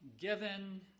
given